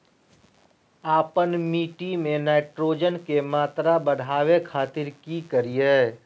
आपन मिट्टी में नाइट्रोजन के मात्रा बढ़ावे खातिर की करिय?